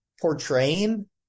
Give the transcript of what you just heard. portraying